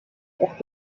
auch